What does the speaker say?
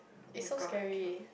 it's so scary